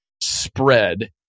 spread